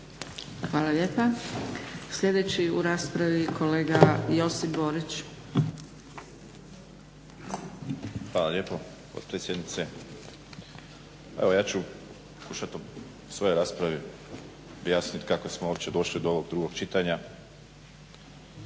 Hvala lijepa. Sljedeći u raspravi kolega Josip Borić. **Borić, Josip (HDZ)** Hvala lijepo potpredsjednice. Evo ja ću pokušati u svojoj raspravi objasniti kako smo uopće došli do ovog drugog čitanja